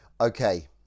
Okay